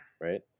right